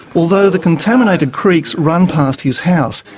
although the contaminated creeks run past his house,